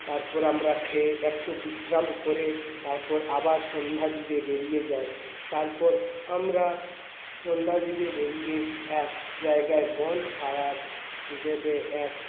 তারপর আমরা খেয়ে একটু বিশ্রাম করে তারপর আবার সন্ধ্যার দিকে বেরিয়ে যাই তারপর আমরা সন্ধ্যার দিকে বেরিয়ে এক জায়গায় বনফায়ার হিসেবে এক